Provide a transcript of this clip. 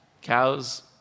cows